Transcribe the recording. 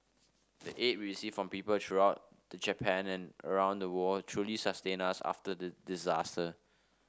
the aid we received from people throughout the Japan and around the world truly sustained us after the disaster